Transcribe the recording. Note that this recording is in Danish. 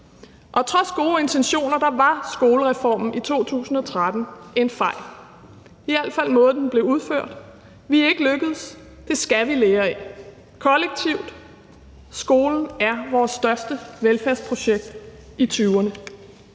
Trods gode intentioner var skolereformen i 2013 en fejl, i al fald i forhold til måden, den blev udført på. Vi er ikke lykkedes, og det skal vi lære af kollektivt. Skolen er vores største velfærdsprojekt i 2020'erne.